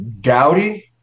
Dowdy